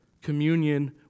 communion